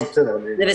תודה.